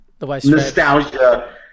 nostalgia